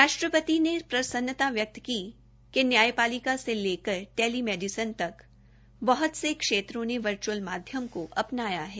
राष्ट्रपति ने प्रसन्न्ता व्यकत की कि न्यायपालिका से लेकर टेलीमेडिसन तक बहत से क्षेत्रों ने वर्च्अल माध्यम को अपनाया है